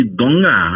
donga